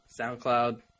SoundCloud